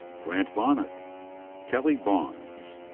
grant bonnette. kelly bons.